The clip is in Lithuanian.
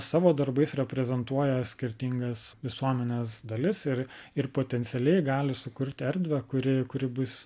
savo darbais reprezentuoja skirtingas visuomenės dalis ir ir potencialiai gali sukurti erdvę kuri kuri bus